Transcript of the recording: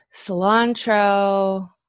cilantro